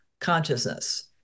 consciousness